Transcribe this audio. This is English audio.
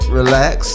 relax